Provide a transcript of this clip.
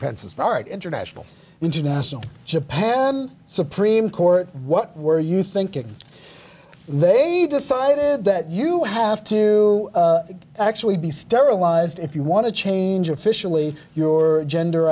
pence a smart international international japan supreme court what were you thinking they decided that you have to actually be sterilized if you want to change officially your gender